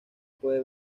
puede